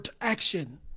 action